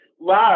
love